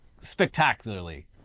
spectacularly